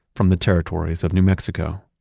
from the territories of new mexico